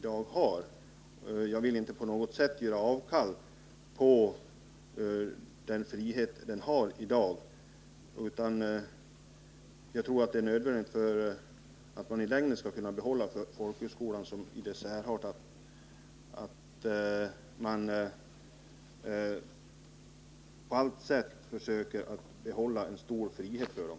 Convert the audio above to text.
Jag vill att man inte på något sätt skall göra avkall på den frihet som folkhögskolan har i dag, utan jag tror det är nödvändigt, för att man i längden skall kunna behålla dess särart, att man på allt sätt försöker behålla en stor frihet för den.